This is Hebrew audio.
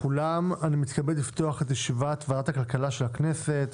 אני מתכבד לפתוח את ישיבת ועדת הכלכלה של הכנסת.